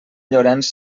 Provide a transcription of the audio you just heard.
llorenç